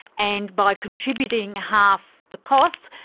and by contributing half the costs,